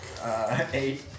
eight